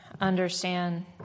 Understand